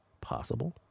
Possible